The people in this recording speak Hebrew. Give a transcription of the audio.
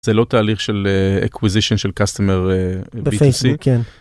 זה לא תהליך של acquisition של customer בפייסבוק.